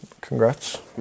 Congrats